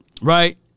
Right